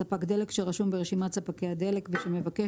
ספק דלק שרשום ברשימת ספקי הדלק שמבקש